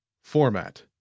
Format